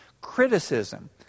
Criticism